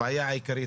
הבעיה העיקרית,